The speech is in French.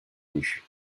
nue